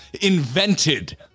invented